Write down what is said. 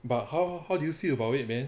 but how how do you feel about it meh